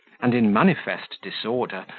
and in manifest disorder,